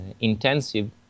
intensive